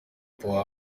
bya